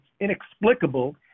inexplicable